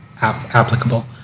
applicable